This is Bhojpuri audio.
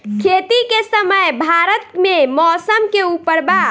खेती के समय भारत मे मौसम के उपर बा